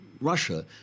Russia